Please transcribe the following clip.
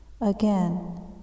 Again